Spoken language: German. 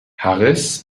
harris